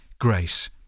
grace